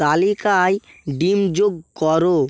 তালিকায় ডিম যোগ করো